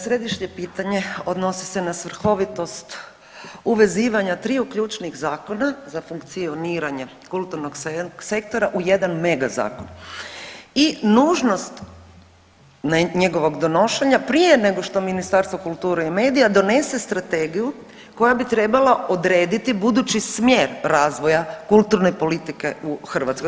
Središnje pitanje odnosi se na svrhovitost uvezivanja triju ključnih zakona za funkcioniranje kulturnog sektora u jedan mega zakon i nužnost njegovog donošenja prije nego što Ministarstvo kulture i medija donese strategiju koja bi trebala odrediti budući smjer razvoja kulturne politike u Hrvatskoj.